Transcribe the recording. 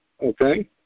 okay